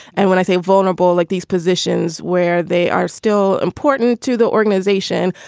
and when i say vulnerable, like these positions where they are still important to the organization,